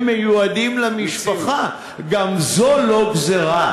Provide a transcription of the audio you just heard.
הם מיועדים למשפחה, גם זו לא גזירה.